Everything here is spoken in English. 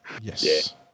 Yes